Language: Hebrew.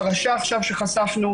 הפרשה עכשיו שחשפנו,